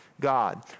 God